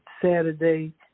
Saturday